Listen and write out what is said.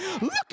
Look